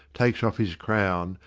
takes off his crown,